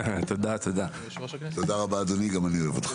תודה רבה, אדוני, גם אני אוהב אותך.